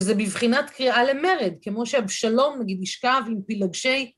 וזה בבחינת קריאה למרד, כמו שאבשלום, נגיד, ישכב עם פלגשי...